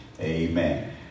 Amen